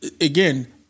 again